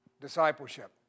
discipleship